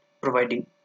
providing